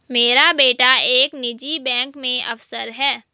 मेरा बेटा एक निजी बैंक में अफसर है